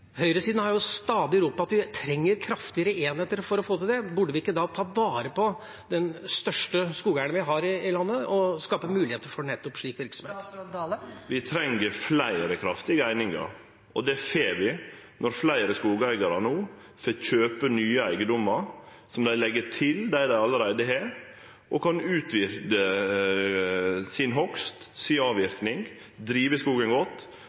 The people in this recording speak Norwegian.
stadig ropt på at vi trenger kraftigere enheter for å få det til. Burde vi ikke da ta vare på den største skogeieren vi har i landet, og skape muligheter for nettopp slik virksomhet? Vi treng fleire kraftige einingar, og det får vi når fleire skogeigarar no kjøper nye eigedomar som dei legg til dei dei allereie har, og kan utvide hogsten sin og avverkinga si og drive skogen godt,